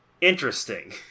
Interesting